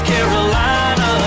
Carolina